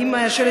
האם שלט,